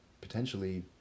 potentially